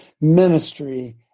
ministry